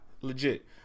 Legit